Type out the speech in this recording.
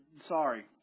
Sorry